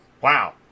Wow